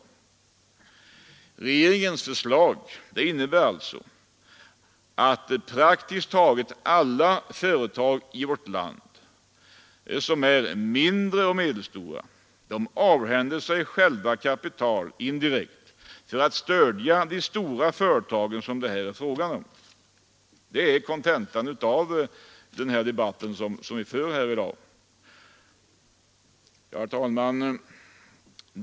Regeringens förslag innebär alltså att praktiskt taget alla mindre och medelstora företag i vårt land indirekt avhänder sig kapital för att stödja de stora företag det här är fråga om. Det är kontentan av den debatt som vi för här i dag. Herr talman!